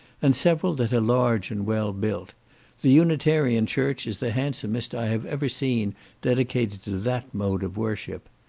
and several that are large and well built the unitarian church is the handsomest i have ever seen dedicated to that mode of worship.